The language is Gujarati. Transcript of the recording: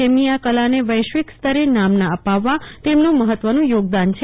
તેમની આ કલાને વૈશિક સ્તરે નામના અપાવવા તેમનું મહત્વનું થોગદાન છે